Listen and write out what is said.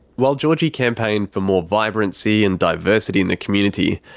while georgie campaigned for more vibrancy and diversity in the community,